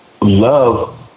love